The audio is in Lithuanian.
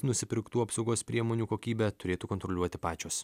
nusipirktų apsaugos priemonių kokybę turėtų kontroliuoti pačios